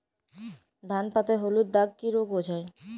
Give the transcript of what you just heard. ধান পাতায় হলুদ দাগ কি রোগ বোঝায়?